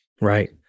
Right